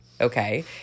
okay